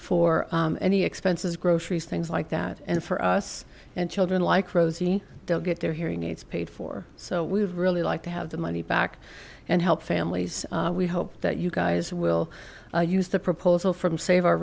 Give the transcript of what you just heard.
for any expenses groceries things like that and for us and children like rosie they'll get their hearing aids paid for so we've really like to have the money back and help families we hope that you guys will use the proposal from save our